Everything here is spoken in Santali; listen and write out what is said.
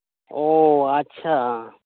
ᱚᱻ ᱟᱪᱪᱷᱟᱻ